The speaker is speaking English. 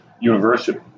university